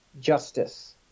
justice